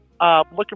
Looking